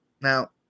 Now